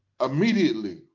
Immediately